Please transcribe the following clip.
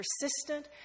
persistent